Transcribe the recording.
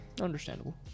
Understandable